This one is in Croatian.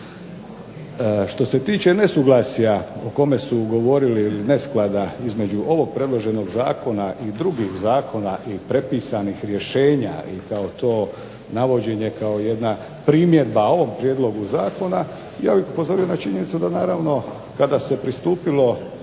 Što se tiče nesuglasja o kome su govorili, ili nesklada između ovog predloženog zakona i drugih zakona i prepisanih rješenja i kao to navođenje kao jedna primjedba ovom prijedlogu zakona, ja bih upozorio na činjenicu da naravno kada se pristupilo